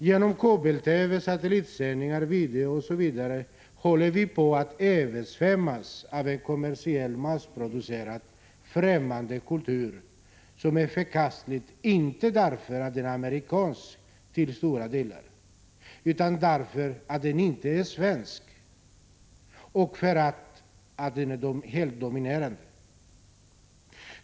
Genom kabel-TV, satellitsändningar, video osv. håller vi på att översvämmas av en kommersiell, massproducerad, främmande kultur som är förkastlig, inte därför att den till stora delar är amerikansk utan därför att den inte är svensk och därför att den är helt dominerande.